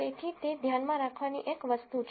તેથી તે ધ્યાનમાં રાખવાની એક વસ્તુ છે